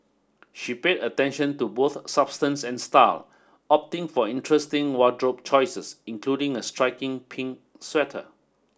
she paid attention to both substance and style opting for interesting wardrobe choices including a striking pink sweater